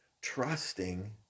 trusting